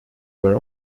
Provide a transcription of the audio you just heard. were